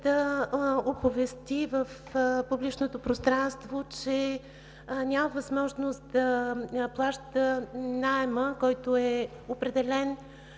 оповести в публичното пространство, че няма възможност да плаща наема, който е определен